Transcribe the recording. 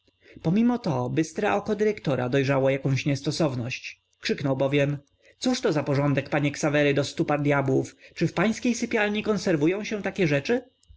pomimo to bystre oko dyrektora dojrzało jakąś niestosowność krzyknął bowiem cóżto za porządek panie ksawery do stu par dyabłów czy w pańskiej sypialni konserwują się takie rzeczy